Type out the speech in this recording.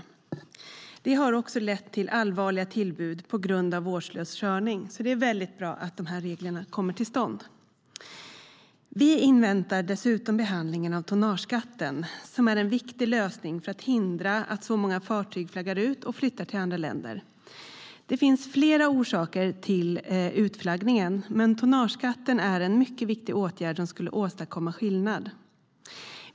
Vattenskotrarna har också lett till allvarliga tillbud på grund av vårdslös körning, så det är väldigt bra att de här reglerna kommer till stånd. Vi inväntar dessutom behandlingen av tonnageskatten, som är en viktig lösning för att hindra att många fartyg flaggar ut och flyttas till andra länder. Det finns flera orsaker till utflaggningen, och tonnageskatten är en mycket viktig åtgärd som skulle åstadkomma skillnad.